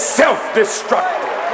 self-destructive